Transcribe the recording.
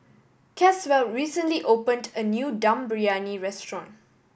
Caswell recently opened a new Dum Briyani restaurant